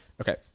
Okay